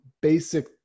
basic